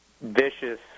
vicious